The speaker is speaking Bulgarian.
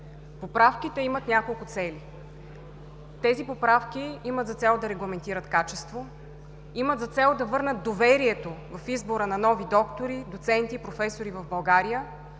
Поправките имат няколко цели. Тези поправки имат за цел да регламентират качество, имат за цел да върнат доверието в избора на нови доктори, доценти и професори в България,